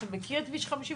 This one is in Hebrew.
אתה מכיר את כביש 55?